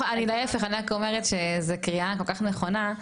להיפך, אני רק אומרת שזה קריאה כל כך נכונה,